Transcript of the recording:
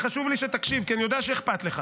חשוב לי שתקשיב כי אני יודע שאכפת לך.